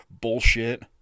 bullshit